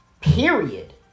period